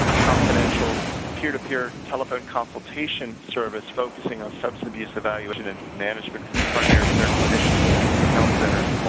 confidential peer-to-peer telephone consultation service focusing on substance abuse evaluation and management for primary care clinicians and health centers